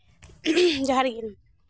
ᱡᱚᱦᱟᱨ ᱜᱮ